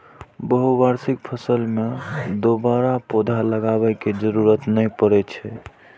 बहुवार्षिक फसल मे दोबारा पौधा लगाबै के जरूरत नै पड़ै छै